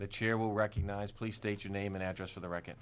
the chair will recognize please state your name and address for the record